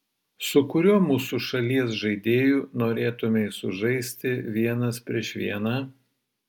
su kuriuo mūsų šalies žaidėju norėtumei sužaisti vienas prieš vieną